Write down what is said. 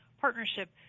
partnership